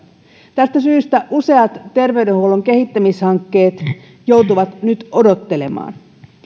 tästä syystä useat terveydenhuollon kehittämishankkeet joutuvat nyt odottelemaan